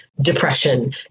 depression